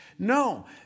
No